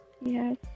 Yes